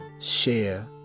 share